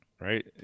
right